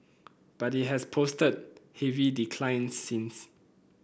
but it has posted heavy declines since